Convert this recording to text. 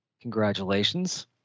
Congratulations